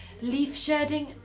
leaf-shedding